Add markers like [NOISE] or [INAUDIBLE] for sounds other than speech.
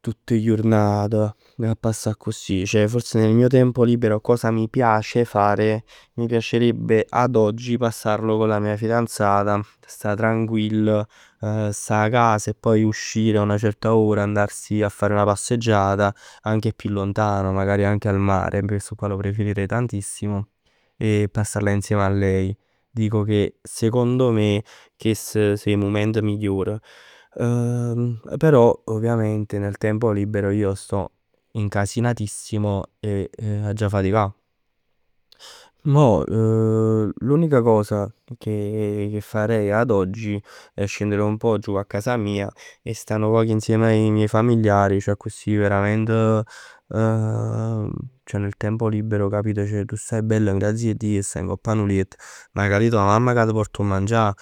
tutt 'e jurnat a d' 'e passà accussì. Ceh forse nel mio tempo libero cosa mi piace fare? Mi piacerebbe ad oggi a passarlo con la mia fidanzata. Sta tranquill. Sta 'a cas e poi uscire a una certa ora. Andarsi a fare una passeggiata, anche più lontano, magari anche al mare. Questo qua lo preferirei tantissimo e passarlo insieme a lei. Dico che secondo me chest so 'e mument miglior. [HESITATION] Però ovviamente nel tempo libero io sto incasinatissimo e aggia faticà. Mo [HESITATION] l'unica cosa che farei ad oggi è scendere un pò giù a casa mia e sta nu poc insieme i miei familiari, accussì verament [HESITATION] ceh nel tempo libero tu stai bell n'grazia 'e Dio e staj tranquill ngopp 'a nu liett. Magari tua mamma ca t' port 'o mangià